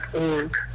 org